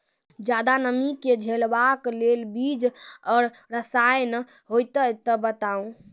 ज्यादा नमी के झेलवाक लेल बीज आर रसायन होति तऽ बताऊ?